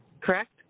Correct